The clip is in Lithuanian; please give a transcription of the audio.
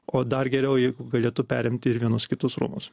o dar geriau jeigu galėtų perimti ir vienus kitus rūmus